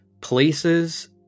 places